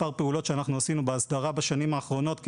ותכף אציין מספר פעולות שעשינו בהסדרה בשנים האחרונות,